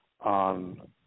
on